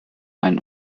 ein